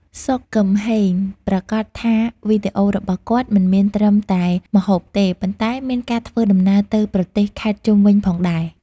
សុខ គឹមហេង ប្រាកដថាវីដេអូរបស់គាត់មិនមានត្រឹមតែម្ហូបទេ ប៉ុន្តែមានការធ្វើដំណើរទៅប្រទេស ខេត្តជុំវិញផងដែរ។